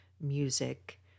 music